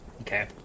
Okay